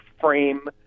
frame